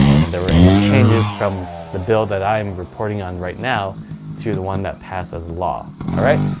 and if there were any changes from the bill that i'm reporting on right now to the one that passes law all right.